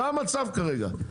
זה המצב כרגע,